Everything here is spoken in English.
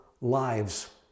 lives